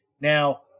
Now